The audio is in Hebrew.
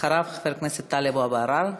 אחריו, חבר הכנסת טלב אבו עראר.